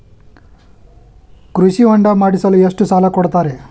ಕೃಷಿ ಹೊಂಡ ಮಾಡಿಸಲು ಎಷ್ಟು ಸಾಲ ಕೊಡ್ತಾರೆ?